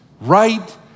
right